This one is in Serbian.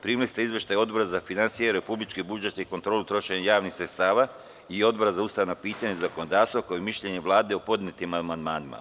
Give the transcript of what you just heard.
Primili ste izveštaj Odbora za finansije, republički budžet i kontrolu trošenja javnih sredstava i Odbora za ustavna pitanja i zakonodavstvo, kao i mišljenje Vlade o podnetim amandmanima.